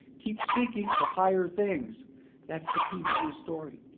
keep seeking for higher things that's the key mother's story.